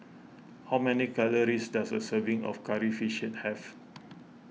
how many calories does a serving of Curry Fish have